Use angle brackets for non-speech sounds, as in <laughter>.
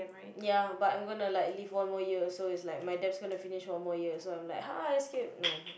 ya but I'm gonna like live one more year so is like my debts gonna finish one more year so like <laughs> escape no